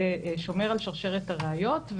זה שומר על שרשרת הראיות,